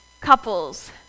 couples